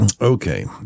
okay